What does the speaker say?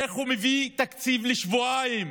איך הוא מביא תקציב לשבועיים,